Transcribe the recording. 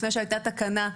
לפני שהייתה תקנה.